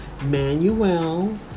Manuel